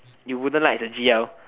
you wouldn't like as a g_l